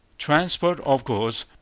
transport, of course,